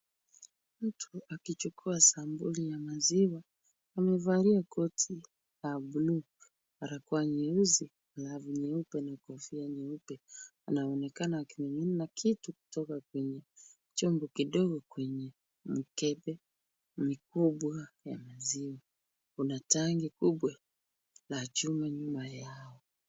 Mtu akichukua sampuli ya maziwa amevalia koti la buluu, barakoa nyeusi, glavu nyeupe na kofia nyeupe. Anaonekana akimimina kitu kutoka kwenye chombo kidogo kwenye mikembe mikubwa ya maziwa. Kuna tanki kubwa la chuma nyuma yao.